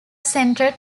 centre